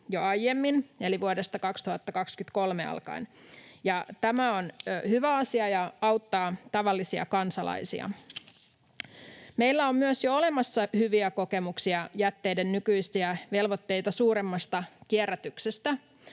jo aiemmin eli vuodesta 2023 alkaen, ja tämä on hyvä asia ja auttaa tavallisia kansalaisia. Meillä on myös jo olemassa hyviä kokemuksia jätteiden nykyisiä velvoitteita suuremmasta kierrätyksestä.